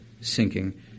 sinking